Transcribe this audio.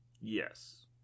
Yes